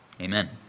amen